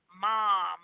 mom